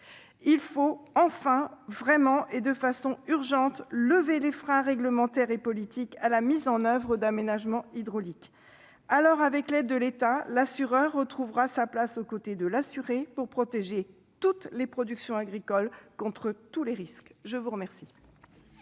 Il faut vraiment, et de façon urgente, lever les freins réglementaires et politiques à la mise en oeuvre d'aménagements hydrauliques. Alors, avec l'aide de l'État, l'assureur retrouvera sa place aux côtés de l'assuré pour protéger toutes les productions agricoles contre tous les risques. La parole